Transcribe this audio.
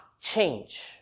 change